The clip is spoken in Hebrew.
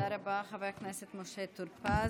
תודה רבה, חבר הכנסת משה טור פז.